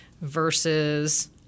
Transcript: versus